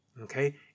Okay